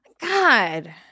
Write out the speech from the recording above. God